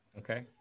okay